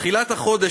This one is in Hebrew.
בתחילת החודש,